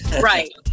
right